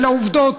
אלה העובדות.